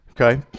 okay